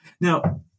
Now